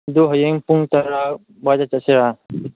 ꯑꯗꯨ ꯍꯌꯦꯡ ꯄꯨꯡ ꯇꯔꯥ ꯋꯥꯏꯗ ꯆꯠꯁꯤꯔꯥ